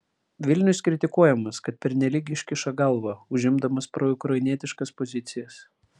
vilnius kritikuojamas kad pernelyg iškiša galvą užimdamas proukrainietiškas pozicijas